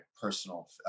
personal